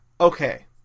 Okay